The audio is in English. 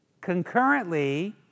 concurrently